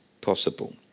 possible